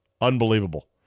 Unbelievable